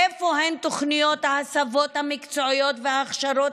איפה תוכניות ההסבות המקצועיות וההכשרות